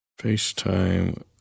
FaceTime